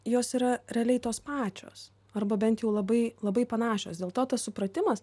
jos yra realiai tos pačios arba bent jau labai labai panašios dėl to tas supratimas